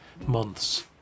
months